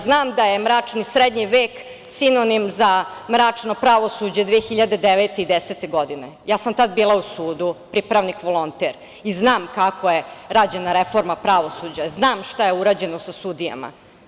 Znam da je mračni srednji vek sinonim za mračno pravosuđe 2009. i 2010. godine, ja sam tada bila u sudu pripravnik volonter i znam kako je rađena reforma pravosuđa, znam šta je urađeno sa sudijama.